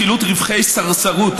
חילוט רווחי סרסרות),